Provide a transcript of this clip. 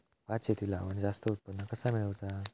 भात शेती लावण जास्त उत्पन्न कसा मेळवचा?